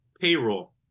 Payroll